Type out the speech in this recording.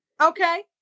Okay